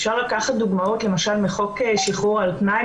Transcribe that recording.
אפשר לקחת דוגמאות מחוק שחרור על תנאי,